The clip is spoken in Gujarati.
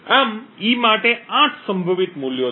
આમ e માટે 8 સંભવિત મૂલ્યો છે